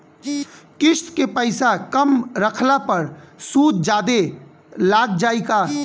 किश्त के पैसा कम रखला पर सूद जादे लाग जायी का?